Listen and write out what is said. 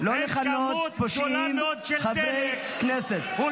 לא לכנות חברי כנסת "פושעים".